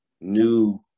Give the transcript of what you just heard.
new